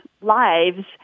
lives